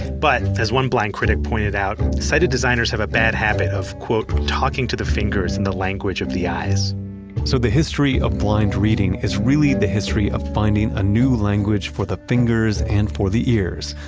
but as one blind critic pointed out, sighted designers have a bad habit of, quote, talking to the fingers in the language of the eyes so the history of blind reading is really the history of finding a new language for the fingers and for the ears.